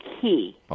key